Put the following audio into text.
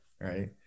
right